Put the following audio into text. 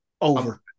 over